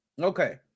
Okay